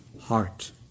heart